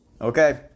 Okay